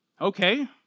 Okay